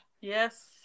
Yes